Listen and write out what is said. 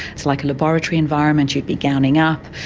it's like a laboratory environment, you'd be gowning up,